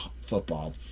football